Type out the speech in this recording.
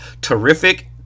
Terrific